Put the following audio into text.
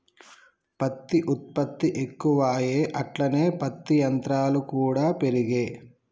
పత్తి ఉత్పత్తి ఎక్కువాయె అట్లనే పత్తి యంత్రాలు కూడా పెరిగే